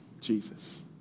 Jesus